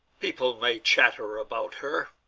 people may chatter about her,